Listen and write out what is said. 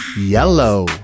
Yellow